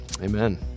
Amen